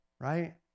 right